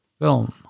Film